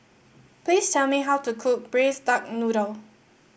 please tell me how to cook Braised Duck Noodle